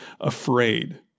afraid